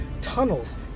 tunnels